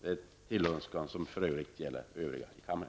Denna tillönskan gäller också övriga här i kammaren.